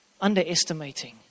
Underestimating